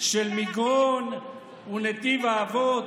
של מגרון ונתיב האבות?